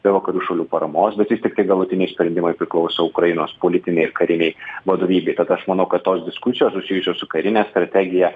be vakarų šalių paramos bet vis tiktai galutiniai sprendimai priklauso ukrainos politinei ir karinei vadovybei tad aš manau kad tos diskusijos susijusios su karine strategija